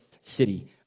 city